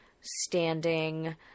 standing